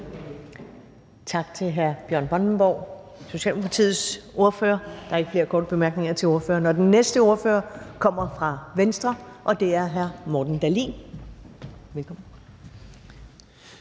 Tak til hr. Bjørn Brandenborg, Socialdemokratiets ordfører. Der er ikke flere korte bemærkninger til ordføreren. Den næste ordfører kommer fra Venstre, og det er hr. Morten Dahlin. Velkommen.